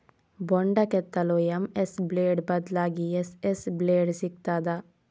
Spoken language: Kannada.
ಬೊಂಡ ಕೆತ್ತಲು ಎಂ.ಎಸ್ ಬ್ಲೇಡ್ ಬದ್ಲಾಗಿ ಎಸ್.ಎಸ್ ಬ್ಲೇಡ್ ಸಿಕ್ತಾದ?